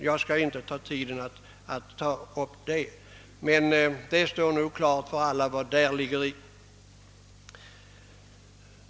Jag skall inte uppta tiden med att redogöra för detta problem; det står nog klart för alla vad som ligger däri.